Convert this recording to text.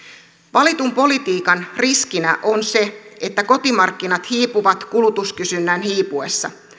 valitun politiikan riskinä on se että kotimarkkinat hiipuvat kulutuskysynnän hiipuessa